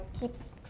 keeps